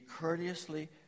courteously